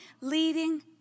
leading